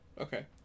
Okay